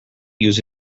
use